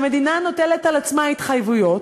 שהמדינה נוטלת על עצמה התחייבויות